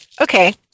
Okay